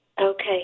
Okay